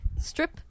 strip